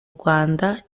rwanda